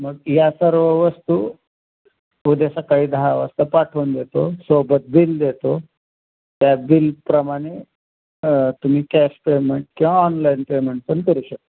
मग या सर्व वस्तू उद्या सकाळी दहा वाजता पाठवून देतो सोबत बिल देतो त्या बिलप्रमाणे तुम्ही कॅश पेमेंट किंवा ऑनलाईन पेमेंटपण करू शकता